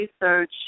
research